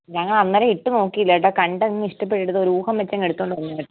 ഞങ്ങൾ അന്നേരം ഇട്ടുനോക്കില്ലാട്ടോ കണ്ടങ്ങ് ഇഷ്ടപ്പെട്ടത് ഒരു ഊഹം വെച്ച് എടുത്തുകൊണ്ട് പോന്നതാണ്